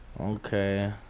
Okay